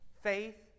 faith